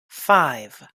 five